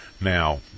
Now